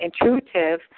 intuitive